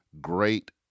great